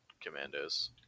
commandos